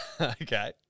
Okay